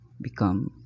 become